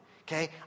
okay